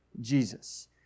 Jesus